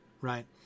right